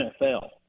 NFL